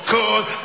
Cause